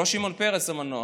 לא שמעון פרס המנוח.